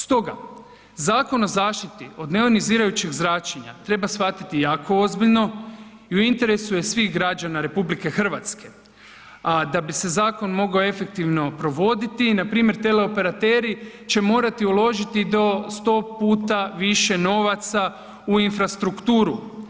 Stoga, Zakon o zaštiti od neionizirajućeg zračenja treba shvatiti jako ozbiljno i u interesu je svih građana RH, a da bi se zakon mogao efektivno provoditi, npr. teleoperateri će morati uložiti do 100 puta više novaca u infrastrukturu.